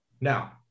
now